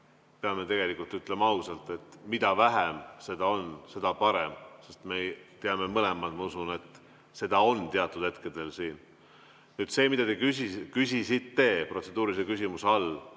Peame tegelikult ütlema ausalt, et mida vähem seda on, seda parem. Sest me teame mõlemad, ma usun, et seda on teatud hetkedel siin olnud. Nüüd see, mida te küsisite protseduurilise küsimuse all.